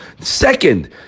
Second